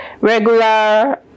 regular